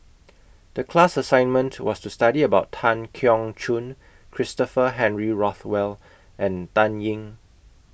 The class assignment was to study about Tan Keong Choon Christopher Henry Rothwell and Dan Ying